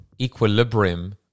Equilibrium